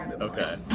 Okay